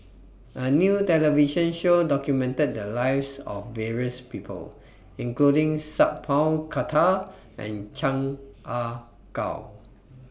A New television Show documented The Lives of various People including Sat Pal Khattar and Chan Ah Kow